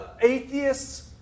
atheists